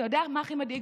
אתה יודע מה הכי מדאיג,